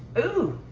ooh,